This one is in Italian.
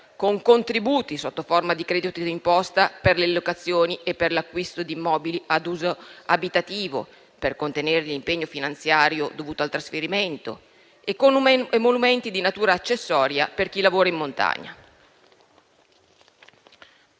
con contributi sotto forma di credito d'imposta per le locazioni e per l'acquisto di immobili ad uso abitativo, per contenere l'impegno finanziario dovuto al trasferimento; emolumenti di natura accessoria per chi lavora in montagna;